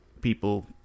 people